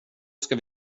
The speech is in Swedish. ska